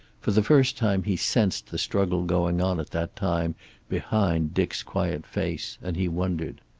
for the first time he sensed the struggle going on at that time behind dick's quiet face, and he wondered.